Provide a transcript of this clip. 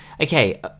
okay